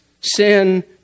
sin